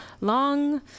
long